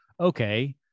okay